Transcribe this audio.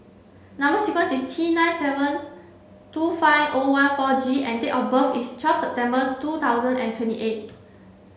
number sequence is T nine seven two five O one four G and date of birth is twelve September two thousand and twenty eight